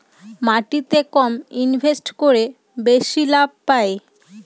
মাটিতে কম ইনভেস্ট করে বেশি লাভ পাই